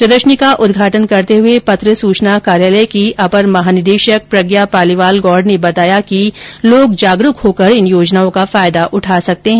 प्रदर्शनी का उद्घाटन करते हुए पत्र सुचना कार्यालय की अपर महानिदेशक प्रज्ञा पालीवाल गौड ने बताया कि लोग जागरूक होकर इन योजनाओं का फायदा उठा सकते हैं